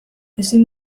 ezin